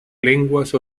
lenguas